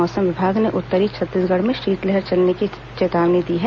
मौसम विभाग ने उत्तरी छत्तीसगढ़ में शीतलहर चलने की चेतावनी दी है